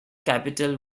capital